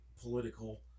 political